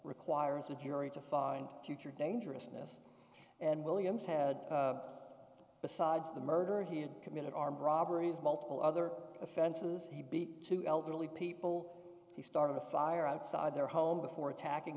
requires the jury to find future dangerousness and williams had up besides the murder he had committed armed robberies multiple other offenses he beat two elderly people he started a fire outside their home before attacking